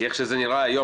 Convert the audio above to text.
כי איך שזה נראה היום,